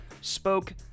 Spoke